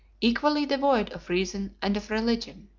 equally devoid of reason and of religion